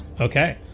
Okay